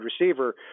receiver